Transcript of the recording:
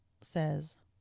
says